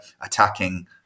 attacking